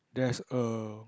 there's a